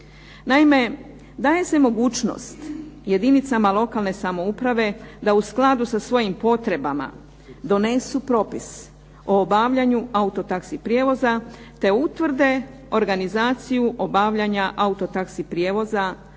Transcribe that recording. Naime, daje se mogućnost jedinicama lokalne samouprave da u skladu sa svojim potrebama donesu propis o obavljanju auto taxi prijevoza te utvrde organizaciju obavljanja autotaxi prijevoza,